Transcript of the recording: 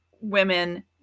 women